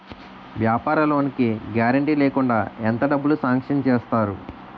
వ్యాపార లోన్ కి గారంటే లేకుండా ఎంత డబ్బులు సాంక్షన్ చేస్తారు?